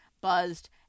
buzzed